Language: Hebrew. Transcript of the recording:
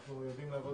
אנחנו יודעים לעבוד